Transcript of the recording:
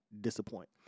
disappoint